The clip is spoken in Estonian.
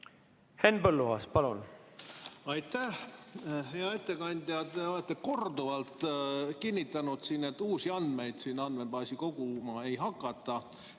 Henn Põlluaas, palun! Aitäh! Hea ettekandja! Te olete siin korduvalt kinnitanud, et uusi andmeid andmebaasi koguma ei hakata.